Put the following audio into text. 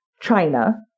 China